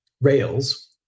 Rails